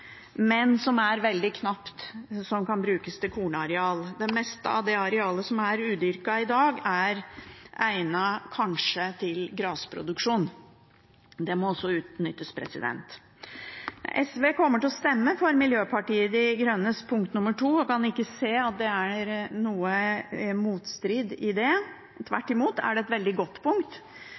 Det meste av arealet som er udyrket i dag, er kanskje egnet til gressproduksjon. Det må også utnyttes. SV kommer til å stemme for Miljøpartiet De Grønnes forslag nr. 2 og kan ikke se at det er noe motstrid i det. Tvert imot er det et veldig godt